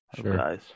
Sure